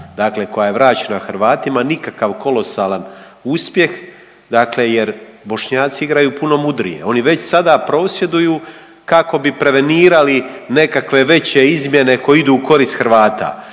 dakle koja je vraćena Hrvatima, nikakav kolosalan uspjeh dakle jer Bošnjaci igraju puno mudrije. Oni već sada prosvjeduju kako bi prevenirali nekakve veće izmjene koje idu u korist Hrvata,